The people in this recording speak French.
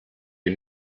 est